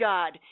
God